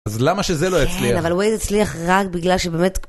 אז למה שזה לא יצליח? כן, אבל הוא הצליח רק בגלל שבאמת...